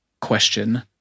question